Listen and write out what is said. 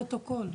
כספורטאים?